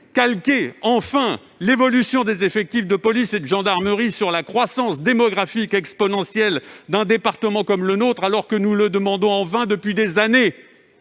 calquerez-vous enfin l'évolution des effectifs de police et de gendarmerie sur la croissance démographique exponentielle d'un département comme le nôtre, ce que nous demandons en vain depuis des années